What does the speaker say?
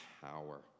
power